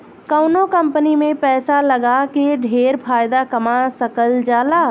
कवनो कंपनी में पैसा लगा के ढेर फायदा कमा सकल जाला